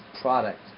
product